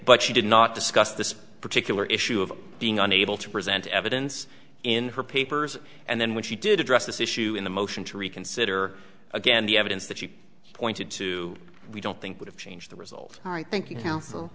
but she did not discuss this particular issue of being unable to present evidence in her papers and then when she did address this issue in the motion to reconsider again the evidence that she pointed to we don't think would have changed the result i think you know